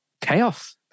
chaos